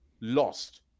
Lost